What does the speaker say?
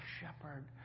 shepherd